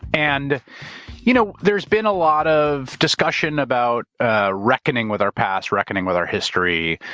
and you know there's been a lot of discussion about ah reckoning with our past, reckoning with our history.